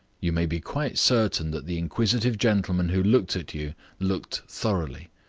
you may be quite certain that the inquisitive gentleman who looked at you looked thoroughly,